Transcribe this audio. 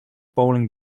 bowling